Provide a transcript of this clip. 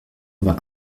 vingt